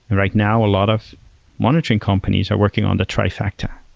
and right now a lot of monitoring companies are working on the trifecta,